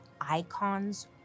icons